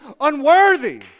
unworthy